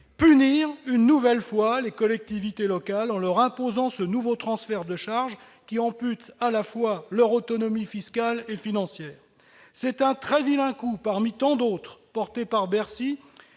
punir une nouvelle fois les collectivités locales en leur imposant ce nouveau transfert de charges, qui ampute à la fois leur autonomie fiscale et leur autonomie financière. C'est un très vilain coup, parmi tant d'autres, porté par Bercy,